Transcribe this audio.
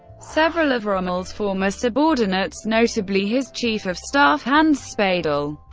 several of rommel's former subordinates, notably his chief of staff hans speidel,